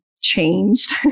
changed